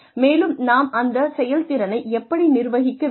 மேலும் நாம் அந்த செயல்திறனை எப்படி நிர்வகிக்க வேண்டும்